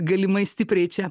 galimai stipriai čia